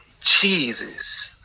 Jesus